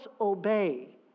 obey